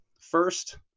First